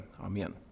Amen